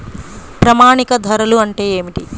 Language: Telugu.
ప్రామాణిక ధరలు అంటే ఏమిటీ?